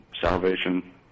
salvation